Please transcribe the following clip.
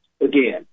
Again